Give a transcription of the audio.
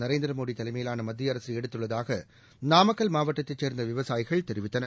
நரேந்திரமோடி தலைமையிலான மத்திய அரசு எடுத்துள்ளதாக நாமக்கல் மாவட்டத்தை சேர்ந்த விவசாயிகள் தெரிவித்தனர்